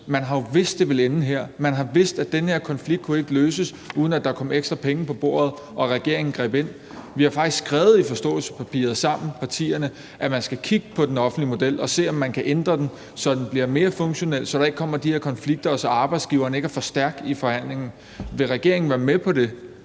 Man har vidst, at det ville ende her. Man har vidst, at den her konflikt ikke kunne løses, uden at der kom ekstra penge på bordet og regeringen greb ind. Vi har faktisk skrevet i forståelsespapiret sammen med de andre partier bag, at man skal kigge på den offentlige model og se, om man kan ændre den, så den bliver mere funktionel, så der ikke kommer de her konflikter, og så arbejdsgiveren ikke er for stærk i forhandlingen. Vil regeringen være med på det?